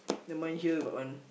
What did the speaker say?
then mine here got one